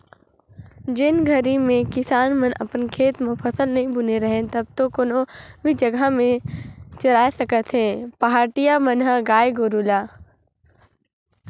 जेन घरी में किसान मन अपन खेत म फसल नइ बुने रहें तब तो कोनो भी जघा में चराय सकथें पहाटिया मन ह गाय गोरु ल